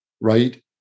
right